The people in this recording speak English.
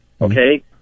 Okay